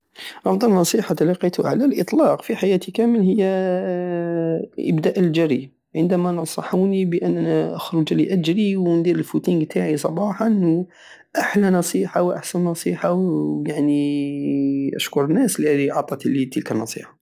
افضل نصيحة تلقيتها على الاطلاق في حياتي كامل هي ابداء الجري عندما نصحوني بان اخرج لاجري وندير الفوتنق تاعي صباحا احلى نصيحة واحسن نصيحة ويعني نشكر الناس الي اعطتمي تلك النصيحة